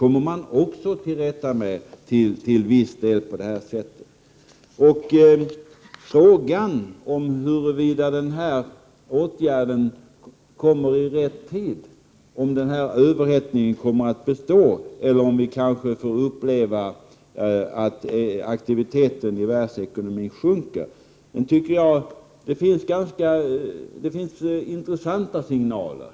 Men även detta problem kan till viss del lösas med vårt förslag. Så till frågan om huruvida den här åtgärden kommer i rätt tid, om överhettningen kommer att bestå och om vi kanske kommer att få uppleva att aktiviteten i världsekonomin minskar. Här har det kommit intressanta signaler.